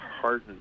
heartened